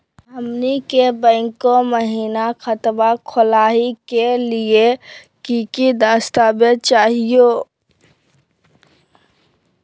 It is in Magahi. हमनी के बैंको महिना खतवा खोलही के लिए कि कि दस्तावेज चाहीयो?